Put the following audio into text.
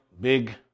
big